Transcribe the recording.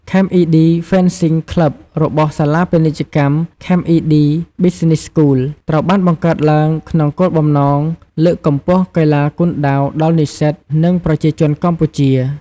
ខេមអុីឌី ហ្វេនសុីង ក្លឺប របស់សាលាពាណិជ្ជកម្ម ខេមអុីឌី ប៑ីសុីនីស៍ ស្កូល ត្រូវបានបង្កើតឡើងក្នុងគោលបំណងលើកកម្ពស់កីឡាគុនដាវដល់និស្សិត និងប្រជាជនកម្ពុជា។